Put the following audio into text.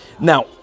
Now